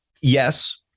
yes